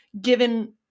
given